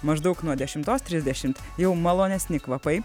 maždaug nuo dešimtos trisdešimt jau malonesni kvapai